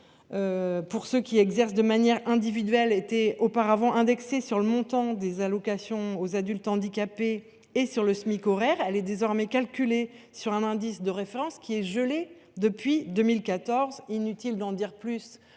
pour ceux qui exercent de manière individuelle, était auparavant indexée sur le montant de l’allocation aux adultes handicapés et sur le Smic horaire. Elle est désormais calculée sur un indice de référence, qui est gelé depuis 2014 – inutile de s’étendre